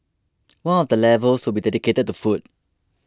one of the levels will be dedicated to food